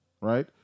right